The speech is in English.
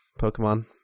Pokemon